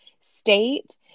state